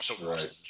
Right